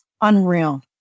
unreal